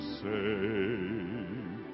save